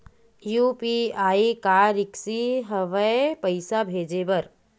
UPI का रिसकी हंव ए पईसा भेजे बर?